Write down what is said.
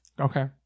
Okay